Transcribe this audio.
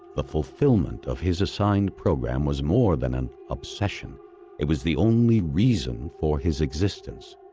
the fulfilment of his assigned program was more than an obsession it was the only reason for his existence.